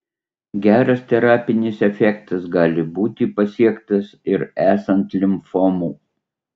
geras terapinis efektas gali būti pasiektas ir esant limfomų